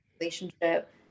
relationship